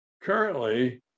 currently